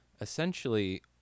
essentially